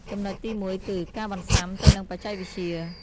ចំណុចទីមួយ គឺ ការបន្សាំទៅនឹងបច្ចេកវិទ្យា។